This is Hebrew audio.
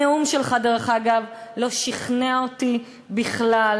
הנאום שלך, דרך אגב, לא שכנע אותי בכלל.